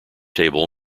table